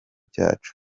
cyacu